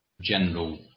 general